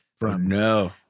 No